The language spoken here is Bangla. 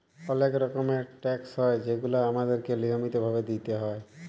অলেক রকমের ট্যাকস হ্যয় যেগুলা আমাদেরকে লিয়মিত ভাবে দিতেই হ্যয়